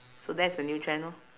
so that's a new trend lor